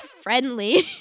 friendly